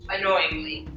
Annoyingly